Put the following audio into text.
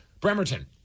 Bremerton